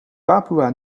papoea